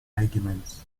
regiments